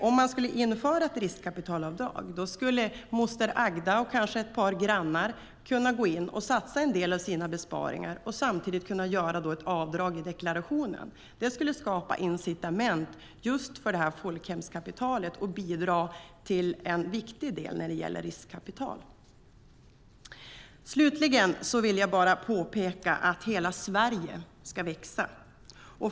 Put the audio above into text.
Om man införde ett riskkapitalavdrag skulle moster Agda och kanske ett par grannar kunna gå in och satsa en del av sina besparingar och samtidigt kunna göra ett avdrag i deklarationen. Det skulle skapa incitament för folkhemskapitalet och utgöra ett viktigt bidrag när det gäller riskkapital. Slutligen vill jag påpeka att hela Sverige ska växa.